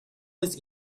was